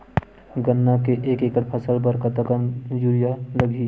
गन्ना के एक एकड़ फसल बर कतका कन यूरिया लगही?